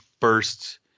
first